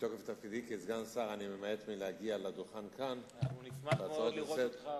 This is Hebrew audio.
מתוקף תפקידי כסגן שר אני ממעט להגיע לדוכן כאן בהצעות לסדר-היום,